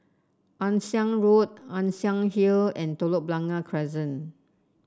Ann Siang Road Ann Siang Hill and Telok Blangah Crescent